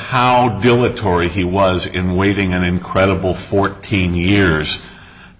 how dilatory he was in waiting an incredible fourteen years